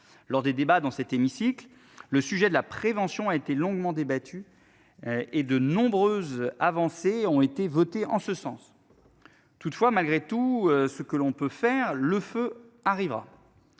lors des débats dans cet hémicycle le sujet de la prévention a été longuement débattue. Et de nombreuses avancées ont été voté en ce sens. Toutefois, malgré tout ce que l'on peut faire le feu arrivera.